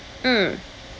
mm